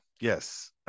Yes